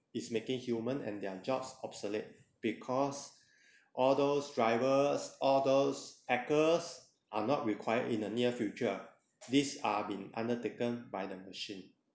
is making human and their jobs obsolete because all those drivers are those hackers are not required in the near future these are been undertaken by the machine